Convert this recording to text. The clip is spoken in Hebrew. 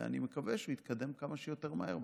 אני מקווה שיתקדם כמה שיותר מהר.